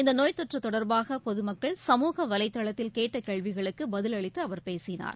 இந்த நோய்த்தொற்று தொடர்பாக பொதுமக்கள் சமூக வலைதளத்தில் கேட்ட கேள்விகளுக்கு பதிலளித்து அவர் பேசினார்